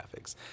graphics